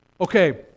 Okay